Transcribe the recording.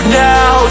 now